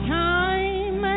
time